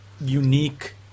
Unique